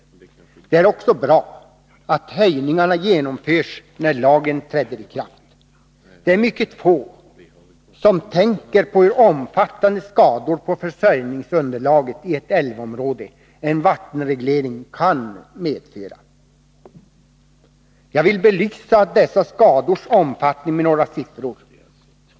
Det är också bra att höjningarna genomförs när lagen träder i kraft. Mycket få tänker på hur omfattande skador på försörjningsunderlaget i ett älvområde en vattenreglering kan medföra. Jag vill belysa dessa skadors omfattning med några siffror.